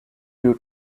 due